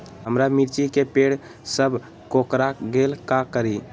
हमारा मिर्ची के पेड़ सब कोकरा गेल का करी?